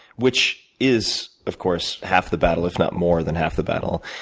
which is, of course, half the battle, if not more than half the battle.